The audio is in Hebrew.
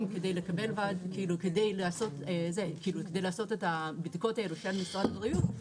כדי לעשות את הבדיקות האלו של משרד הבריאות,